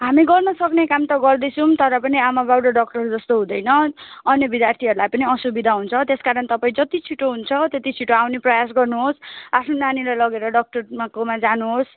हामी गर्न सक्ने काम त गर्दैछौँ तर पनि आमा बाउ र डक्टर जस्तो हुँदैन अन्य विद्यार्थीहरूलाई नि असुविधा हुन्छ त्यस कारण तपाईँ जति छिटो हुन्छ त्यति छिटो आउने प्रयास गर्नुहोस् आफ्नो नानीलाई लगेर डक्टरकोमा जानुहोस्